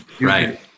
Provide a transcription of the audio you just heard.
right